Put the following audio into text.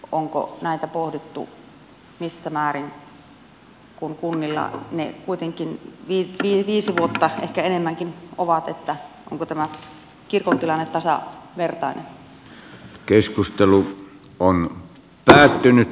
onko näitä pohdittu missä määrin kun kunnilla ne kuitenkin viisi vuotta ehkä enemmänkin ovat niin että onko tämä kirkon tilanne tasavertainen